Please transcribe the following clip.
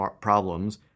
problems